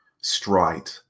stride